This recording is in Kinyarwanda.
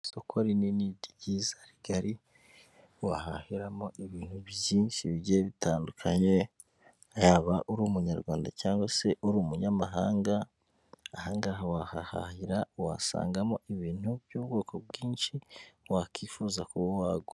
Isoko rinini ryiza, rigari, wahahiramo ibintu byinshi bigiye bitandukanye, yaba uri umunyarwanda cyangwa se uri umunyamahanga, aha ngaha wahahahira, wasangamo ibintu by'ubwoko bwinshi, wakwifuza kuba wagura.